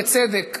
בצדק,